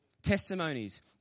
testimonies